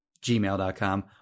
gmail.com